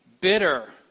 bitter